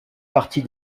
partie